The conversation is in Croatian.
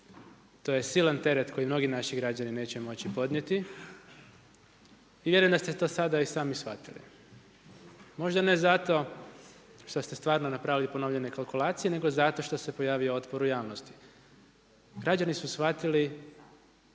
To je silan teret koji mnogi naši građani neće moći podnijeti i vjerujem da ste to sada i sami shvatili. Možda ne zato, što ste stvarno napravili ponovljene kalkulacije, nego zato što se pojavio otpor u javnosti. Građani su shvatili,